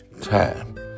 time